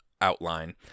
outline